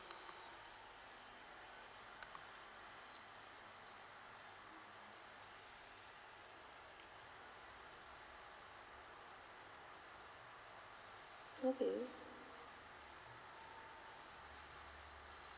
okay